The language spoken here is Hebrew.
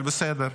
אבל בסדר.